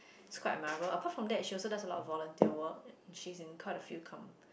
it's quite admirable apart from that she also does a lot of volunteer work she is in quite a few come